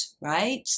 right